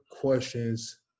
questions